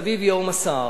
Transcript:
מסביב ייהום הסער,